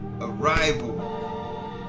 arrival